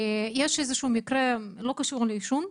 יש איזשהו מקרה שאינו קשור לעישון.